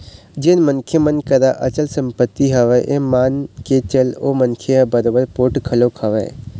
जेन मनखे मन करा अचल संपत्ति हवय ये मान के चल ओ मनखे ह बरोबर पोठ घलोक हवय